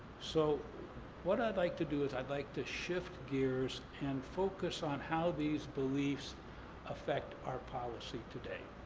so what i'd like to do is i'd like to shift gears and focus on how these beliefs affect our policy today.